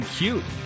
cute